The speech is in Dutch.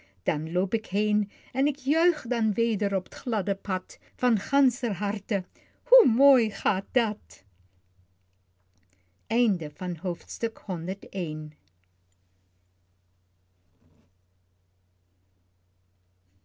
dan loop ik heen pieter louwerse alles zingt en k juich dan weder op t gladde pad van ganscher harte hoe mooi gaat dat